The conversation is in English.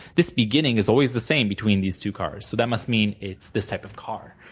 this beginning is always the same between these two cars, so that must mean it's this type of car,